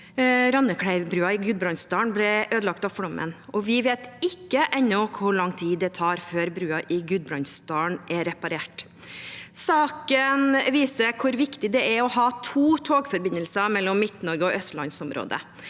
Randklev bru i Gudbrandsdalen ble ødelagt av flommen, og vi vet ennå ikke hvor lang tid det tar før brua i Gudbrandsdalen blir reparert. Saken viser hvor viktig det er å ha to togforbindelser mellom Midt-Norge og Østlands-området.